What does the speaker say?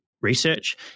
research